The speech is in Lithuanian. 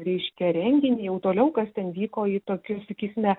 reiškia renginį jau toliau kas ten vyko į tokius sakysime